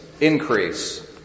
increase